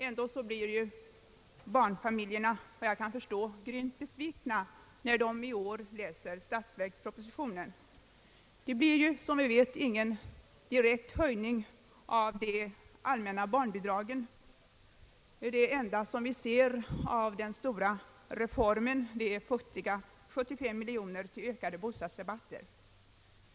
Ändå blir barnfamiljerna efter vad jag kan förstå grvmt besvikna av det som föreslås i statsverkspropositionen. Det blir ingen direkt höjning av de allmänna barnbidragen. Det enda vi ser av den stora reformen är futtiga 75 miljoner kronor till ökade bostadsrabatter.